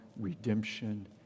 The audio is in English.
Redemption